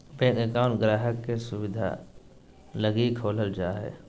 bank account गाहक़ के सुविधा लगी खोलल जा हय